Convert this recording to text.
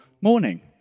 morning